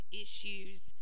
issues